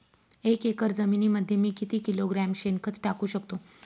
एक एकर जमिनीमध्ये मी किती किलोग्रॅम शेणखत टाकू शकतो?